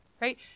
right